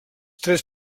tres